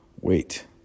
wait